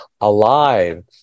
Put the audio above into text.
alive